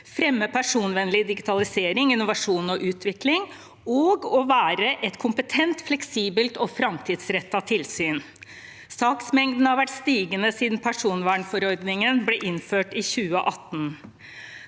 fremme personvernvennlig digitalisering, innovasjon og utvikling – å være et kompetent, fleksibelt og framtidsrettet tilsyn Saksmengden har vært stigende siden personvernforordningen ble innført i 2018.